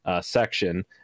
section